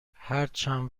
هرچند